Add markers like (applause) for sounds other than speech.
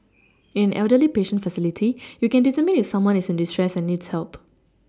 (noise) in an elderly patient facility you can determine if someone is in distress and needs help